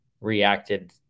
reacted